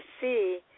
see